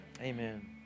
Amen